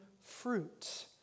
fruit